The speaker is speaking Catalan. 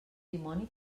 dimoni